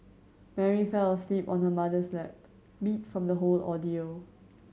Mary fell asleep on her mother's lap beat from the whole ordeal